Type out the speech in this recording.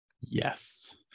Yes